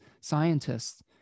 scientists